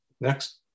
Next